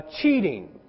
Cheating